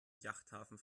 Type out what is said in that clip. yachthafen